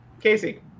Casey